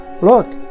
look